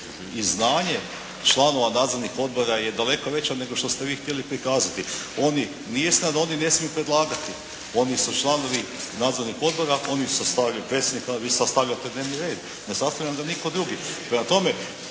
i znanje članova nadzornih odbora je daleko veća nego što ste vi htjeli prikazati. Oni, nije sad da oni ne smiju predlagati. Oni su članovi nadzornih odbora, oni sastavljaju predsjednika, vi sastavljate dnevni red, ne sastavlja ga nitko drugi. Prema tome,